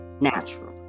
natural